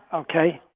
ok?